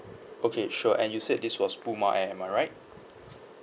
okay sure and you said this was puma air am I right